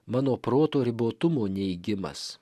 mano proto ribotumo neigimas